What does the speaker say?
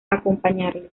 acompañarlo